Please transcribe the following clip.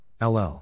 LL